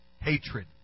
hatred